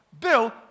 Bill